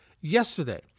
yesterday